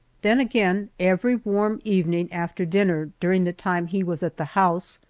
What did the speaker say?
then, again, every warm evening after dinner, during the time he was at the house,